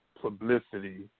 publicity